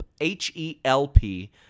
H-E-L-P